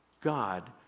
God